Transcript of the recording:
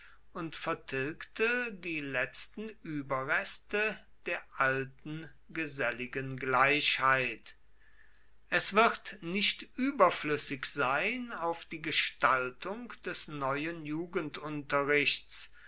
und vertilgte die letzten überreste der alten geselligen gleichheit es wird nicht überflüssig sein auf die gestaltung des neuen